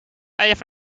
even